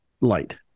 light